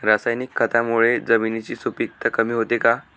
रासायनिक खतांमुळे जमिनीची सुपिकता कमी होते का?